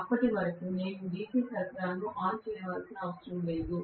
అప్పటి వరకు నేను DC సరఫరాను ఆన్ చేయవలసిన అవసరం లేదు